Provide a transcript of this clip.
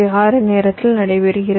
6 நேரத்தில் நடைபெறுகிறது